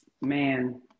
Man